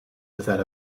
without